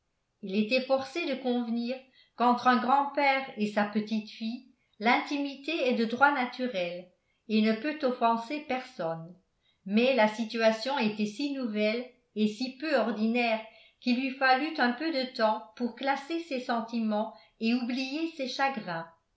il était forcé de convenir qu'entre un grand-père et sa petite-fille l'intimité est de droit naturel et ne peut offenser personne mais la situation était si nouvelle et si peu ordinaire qu'il lui fallut un peu de temps pour classer ses sentiments et oublier ses chagrins